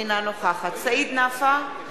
אינה נוכחת סעיד נפאע,